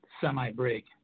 semi-break